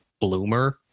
bloomer